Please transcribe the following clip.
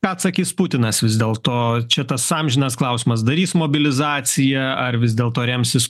ką atsakys putinas vis dėlto čia tas amžinas klausimas darys mobilizaciją ar vis dėlto remsis